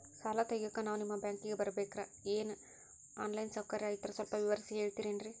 ಸಾಲ ತೆಗಿಯೋಕಾ ನಾವು ನಿಮ್ಮ ಬ್ಯಾಂಕಿಗೆ ಬರಬೇಕ್ರ ಏನು ಆನ್ ಲೈನ್ ಸೌಕರ್ಯ ಐತ್ರ ಸ್ವಲ್ಪ ವಿವರಿಸಿ ಹೇಳ್ತಿರೆನ್ರಿ?